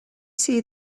see